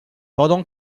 pendant